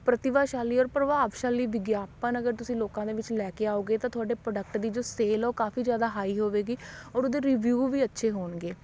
ਪ੍ਰਤੀਭਾਸ਼ਾਲੀ ਔਰ ਪ੍ਰਭਾਵਸ਼ਾਲੀ ਵਿਗਿਆਪਨ ਅਗਰ ਤੁਸੀਂ ਲੋਕਾਂ ਦੇ ਵਿੱਚ ਲੈ ਕੇ ਆਓਗੇ ਤਾਂ ਤੁਹਾਡੇ ਪ੍ਰੋਡਕਟ ਦੀ ਜੋ ਸੇਲ ਹੈ ਓਹ ਕਾਫੀ ਜ਼ਿਆਦਾ ਹਾਈ ਹੋਵੇਗੀ ਓਰ ਓਹਦੇ ਰਿਵਿਊ ਵੀ ਅੱਛੇ ਹੋਣਗੇ